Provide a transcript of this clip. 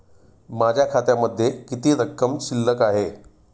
माझ्या खात्यामध्ये किती रक्कम शिल्लक आहे?